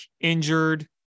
injured